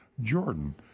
Jordan